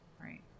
Right